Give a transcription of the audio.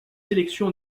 sélection